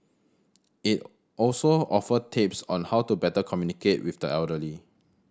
it also offer tips on how to better communicate with the elderly